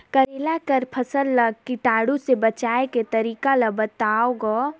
करेला कर फसल ल कीटाणु से बचाय के तरीका ला बताव ग?